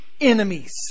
enemies